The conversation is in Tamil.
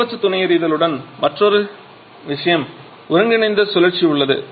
அதிகபட்ச துணை எரிதலுடன் மற்றொரு விஷயம் ஒருங்கிணைந்த சுழற்சி உள்ளது